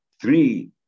three